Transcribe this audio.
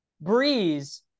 breeze